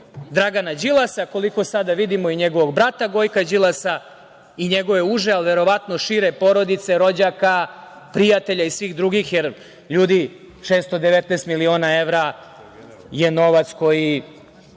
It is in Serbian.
Dragana Đilasa, a koliko sada vidimo i njegovog brata Gojka Đilasa i njegove uže, ali verovatno i šire porodice, rođaka, prijatelja i svih drugih, jer, ljudi, 619.000.000 evra je novac koji